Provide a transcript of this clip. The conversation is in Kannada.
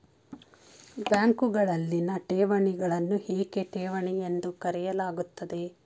ಬ್ಯಾಂಕುಗಳಲ್ಲಿನ ಠೇವಣಿಗಳನ್ನು ಏಕೆ ಠೇವಣಿ ಎಂದು ಕರೆಯಲಾಗುತ್ತದೆ?